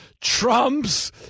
Trump's